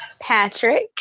Patrick